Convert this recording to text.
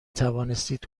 توانستید